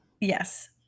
Yes